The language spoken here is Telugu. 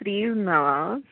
ఫ్రీ ఉన్నావా